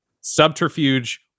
subterfuge